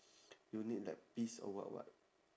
you need like peace or what [what]